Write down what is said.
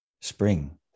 spring